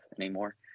anymore